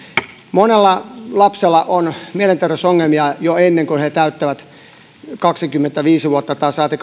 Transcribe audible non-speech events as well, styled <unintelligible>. monella lapsella on mielenterveysongelmia jo ennen kuin he täyttävät kaksikymmentäviisi vuotta saati <unintelligible>